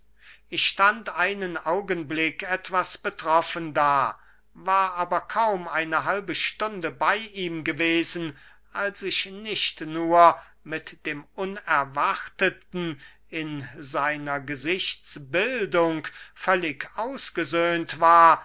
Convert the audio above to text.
ich stand einen augenblick etwas betroffen da war aber kaum eine halbe stunde bey ihm gewesen als ich nicht nur mit dem unerwarteten in seiner gesichtsbildung völlig ausgesöhnt war